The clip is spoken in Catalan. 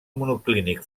monoclínic